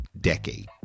decade